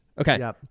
Okay